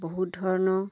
বহুত ধৰণৰ